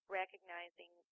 recognizing